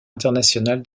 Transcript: internationale